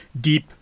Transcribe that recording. deep